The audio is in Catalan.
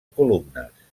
columnes